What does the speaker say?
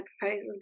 proposals